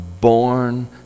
born